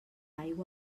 aigua